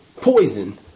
Poison